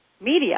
media